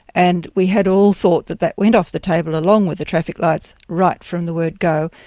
and we had all thought that that went off the table along with the traffic lights right from the word go.